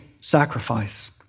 sacrifice